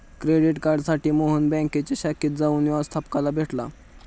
credit कार्डसाठी मोहन बँकेच्या शाखेत जाऊन व्यवस्थपकाला भेटला